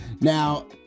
Now